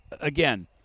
again